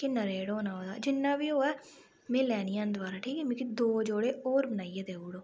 किन्ना रेट होना ओह्दा जिन्ना बी होवै में लैनियां न दबारा ठीक ऐ मिगी दो जोड़े होर बनाइयै देई ओड़ो